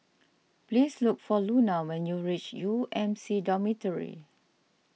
please look for Luna when you reach U M C Dormitory